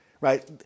Right